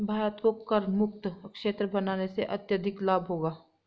भारत को करमुक्त क्षेत्र बनाने से अत्यधिक लाभ होगा